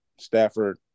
Stafford